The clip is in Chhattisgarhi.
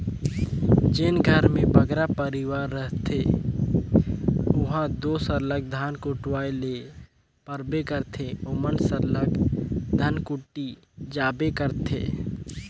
जेन घर में बगरा परिवार रहथें उहां दो सरलग धान कुटवाए ले परबे करथे ओमन सरलग धनकुट्टी जाबे करथे